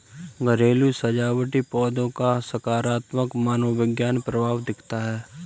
घरेलू सजावटी पौधों का सकारात्मक मनोवैज्ञानिक प्रभाव दिखता है